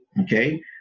okay